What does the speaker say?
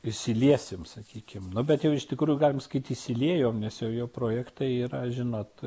įsiliesime sakykim nuo bet jau iš tikrųjų galim skaityt įsiliejom nes jau jo projektai yra žinot